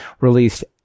released